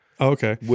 Okay